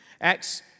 Acts